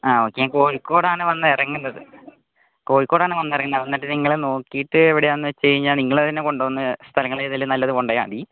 ആ ഓക്കേ കോഴിക്കോടാണ് വന്നിറങ്ങുന്നത് കോഴിക്കോടാണു വന്നിറങ്ങുന്നത് വന്നിട്ട് നിങ്ങള് നോക്കിയിട്ട് എവിടെയാണന്നു വെച്ച് കഴിഞ്ഞാൽ നിങ്ങള് തന്നെ കൊണ്ടുവന്ന് സ്ഥലങ്ങളേതേലും നല്ലത് കൊണ്ടുപോയാൽ മതി